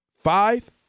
Five